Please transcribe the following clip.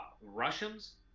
russians